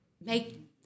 make